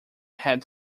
had